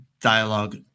Dialogue